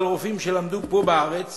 אבל רופאים שלמדו פה בארץ